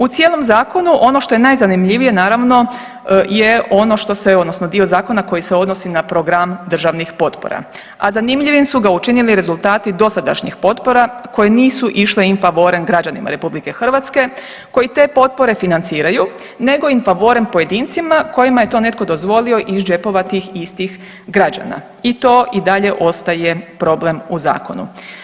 U cijelom zakonu ono što je najzanimljivije naravno je ono što se odnosno dio zakona koji se odnosi na program državnih potpora, a zanimljivim su ga učinili rezultati dosadašnjih potpora koje nisu išle in favorem građanima RH koji te potpore financiraju, nego in favorem pojedincima kojima je to netko dozvolio iz džepova tih istih građana i to i dalje ostaje problem u zakonu.